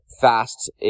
fast